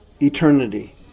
eternity